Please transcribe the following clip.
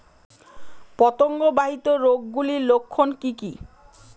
পতঙ্গ বাহিত রোগ গুলির লক্ষণ কি কি?